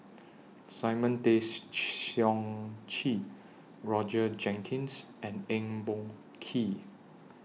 Simon Tay Seong Chee Roger Jenkins and Eng Boh Kee